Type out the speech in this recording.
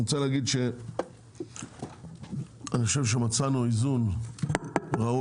אני רוצה להגיד שאני חושב שמצאנו איזון ראוי